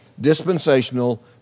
dispensational